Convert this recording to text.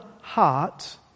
heart